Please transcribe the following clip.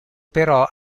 però